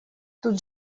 тут